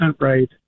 right